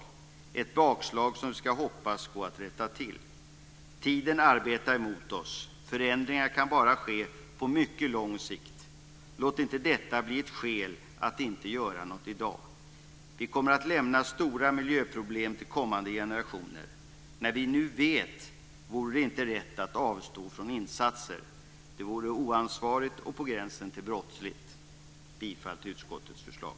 Det är ett bakslag som vi hoppas ska gå att rätta till. Tiden arbetar mot oss. Förändringar kan bara ske på mycket lång sikt. Låt inte detta bli ett skäl att inte göra något i dag. Vi kommer att lämna stora miljöproblem till kommande generationer. När vi nu vet, vore det inte rätt att avstå från insatser. Det vore oansvarigt och på gränsen till brottsligt. Jag yrkar bifall till utskottets förslag.